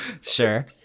sure